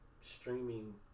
streaming